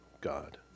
God